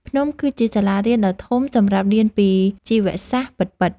ភ្នំគឺជាសាលារៀនដ៏ធំសម្រាប់រៀនពីជីវសាស្ត្រពិតៗ។